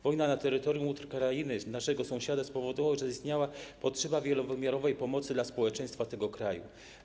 Wojna na terytorium Ukrainy, naszego sąsiada, spowodowała, że zaistniała potrzeba wielowymiarowej pomocy dla społeczeństwa tego kraju.